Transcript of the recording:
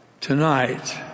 Tonight